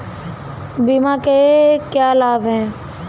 बीमा के क्या लाभ हैं?